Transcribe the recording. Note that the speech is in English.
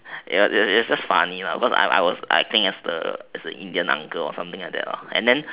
it it it was just funny lah because I I I was playing as a indian uncle or something like that and then